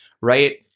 right